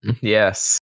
Yes